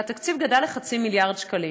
והתקציב גדל לחצי מיליארד שקלים.